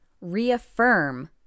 reaffirm